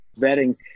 vetting